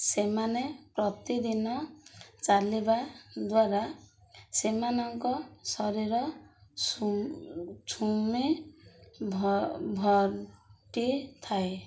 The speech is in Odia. ସେମାନେ ପ୍ରତିଦିନ ଚାଲିବା ଦ୍ୱାରା ସେମାନଙ୍କ ଶରୀର ଝୁମି ଭଟିଥାଏ